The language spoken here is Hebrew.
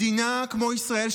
מדינה כמו ישראל,